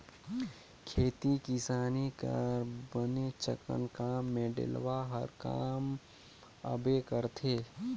खेती किसानी कर बनेचकन काम मे डेलवा हर काम आबे करथे